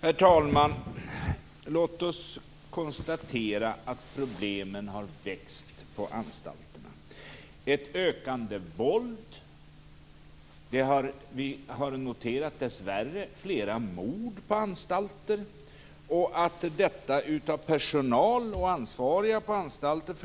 Herr talman! Låt oss konstatera att problemen har växt på anstalterna. Det är ett ökande våld. Vi har dessvärre noterat flera mord på anstalter. Detta förklaras av personal och ansvariga på anstalter